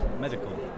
Medical